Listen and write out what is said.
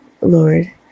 Lord